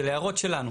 של הערות שלנו.